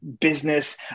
business